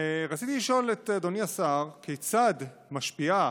רציתי לשאול את אדוני השר כיצד משפיעה